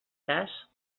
cas